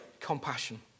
Compassion